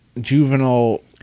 juvenile